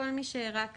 אני